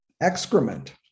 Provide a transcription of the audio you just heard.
excrement